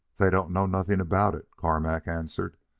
they don't know nothing about it, carmack answered.